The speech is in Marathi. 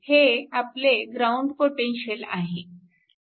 हे आपले ग्राउंड पोटेन्शिअल आहे